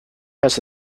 has